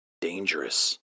dangerous